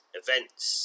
events